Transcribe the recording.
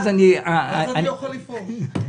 אז אני יכול לפרוש.